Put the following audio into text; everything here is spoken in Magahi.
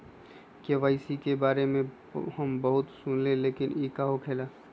के.वाई.सी के बारे में हम बहुत सुनीले लेकिन इ का होखेला?